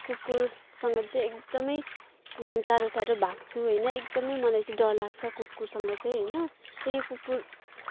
कुकुरसँग चाहिँ एकदमै टाढो टाढो भाग्छु होइन एकदमै मलाई चाहिँ डर लाग्छ कुकुरसँग चाहिँ होइन त्यही हो कुकुर